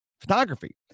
photography